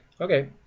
Okay